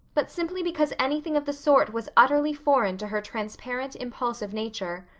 but simply because anything of the sort was utterly foreign to her transparent, impulsive nature,